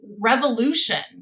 revolution